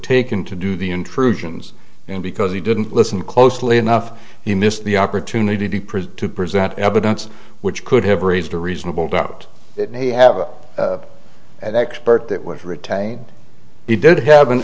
taken to do the intrusions and because he didn't listen closely enough he missed the opportunity to be present to present evidence which could have raised a reasonable doubt that may have an expert that was retained he did have an